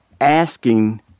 asking